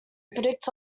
predict